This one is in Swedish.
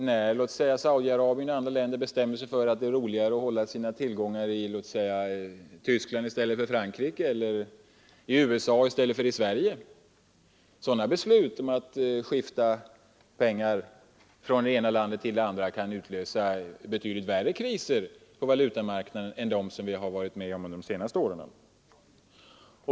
När låt oss säga Saudi-Arabien bestämmer sig för att det är roligare att ha sina tillgångar i Tyskland i stället för Frankrike, eller i USA i stället för Sverige, kan sådana beslut om att skifta pengar från det ena landet till det andra utlösa betydligt värre kriser på valutamarknaden än vi har varit med om under de senaste åren.